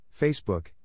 Facebook